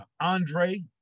Andre